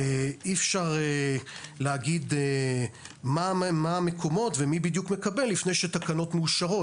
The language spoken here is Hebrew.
אי אפשר להגיד מה המקומות ומי בדיוק מקבל לפני שהתקנות מאושרות.